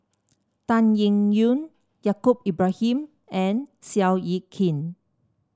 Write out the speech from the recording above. Tan Eng Yoon Yaacob Ibrahim and Seow Yit Kin